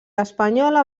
espanyola